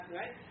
right